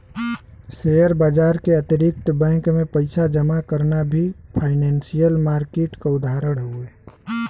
share बाजार के अतिरिक्त बैंक में पइसा जमा करना भी फाइनेंसियल मार्किट क उदाहरण हउवे